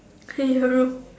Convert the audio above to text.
I'll stay in your room